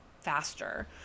faster